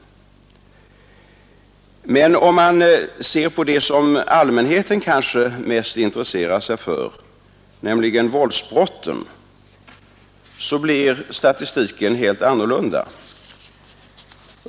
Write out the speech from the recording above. Men om man ser på de brott som allmänheten kanske intresserar sig mest för, nämligen våldsbrotten, blir statistiken helt annorlunda.